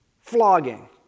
flogging